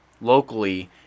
locally